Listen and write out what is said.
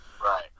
Right